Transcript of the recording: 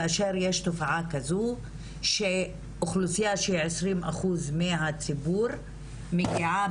כאשר יש תופעה כזו שאוכלוסייה שהיא 20% מהציבור מגיעה